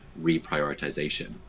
reprioritization